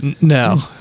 No